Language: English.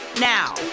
now